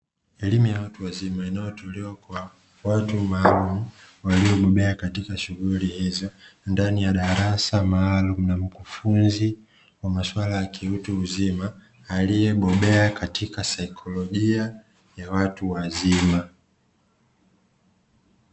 Elimu ya waru wazima inayotolewa kwa watu maalumu, waliobobea katika shughuli hizo ndani ya darasa maalumu na mkufunzi wa maswala ya kiutu uzima aliyebobea katika saikolojia ya watu wazima.